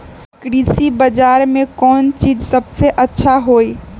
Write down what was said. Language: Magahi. कृषि बजार में कौन चीज सबसे अच्छा होई?